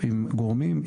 עם גורמים,